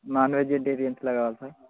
non veg అంటే దేంట్లో కావాలి సార్